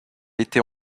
était